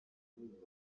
new